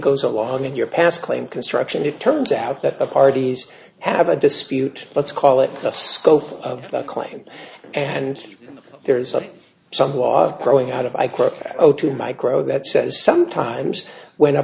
goes along in your past claim construction it turns out that the parties have a dispute let's call it the scope of the claim and there is some law of growing out of i quote to micro that says sometimes when a